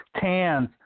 Tans